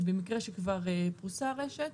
במקרה שכבר פרוסה רשת,